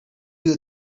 you